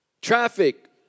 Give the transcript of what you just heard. Traffic